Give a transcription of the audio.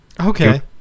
Okay